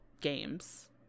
games